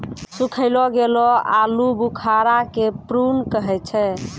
सुखैलो गेलो आलूबुखारा के प्रून कहै छै